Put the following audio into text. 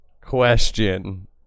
question